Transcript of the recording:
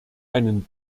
einen